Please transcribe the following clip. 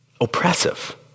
Oppressive